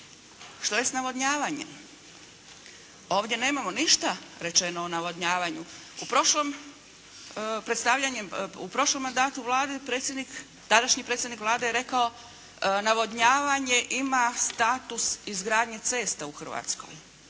Što je s navodnjavanjem? Ovdje nemamo ništa rečeno o navodnjavanju. U prošlom mandatu Vlade predsjednik, tadašnji predsjednik Vlade je rekao navodnjavanje ima status izgradnje cesta u Hrvatskoj.